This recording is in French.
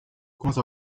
comment